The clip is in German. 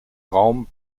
raum